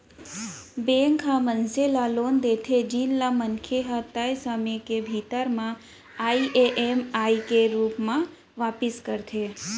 bank ह मनसे ल लोन देथे जेन ल मनखे ह तय समे के भीतरी म ईएमआई के रूप म वापिस करथे